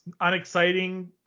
Unexciting